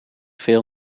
veel